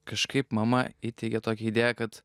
kažkaip mama įteigė tokią idėją kad